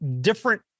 different